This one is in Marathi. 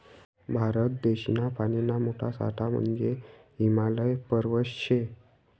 भारत देशना पानीना मोठा साठा म्हंजे हिमालय पर्वत शे